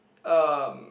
um